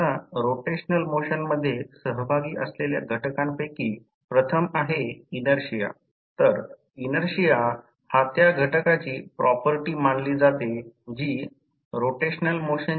आता जेव्हा एकक शक्ती घटकासह दिलेल्या अर्ध्या भाराचे आउटपुट म्हणजे अर्ध भार म्हणजेच्या KVA2 एकक शक्ती घटक